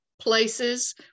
places